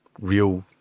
real